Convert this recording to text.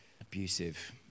abusive